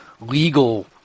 legal